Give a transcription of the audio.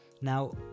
Now